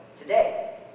today